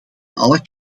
alle